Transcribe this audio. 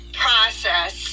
process